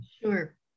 Sure